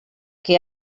que